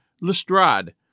Lestrade